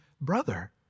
brother